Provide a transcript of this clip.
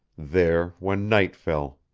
there when night fell